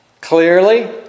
clearly